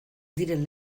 diren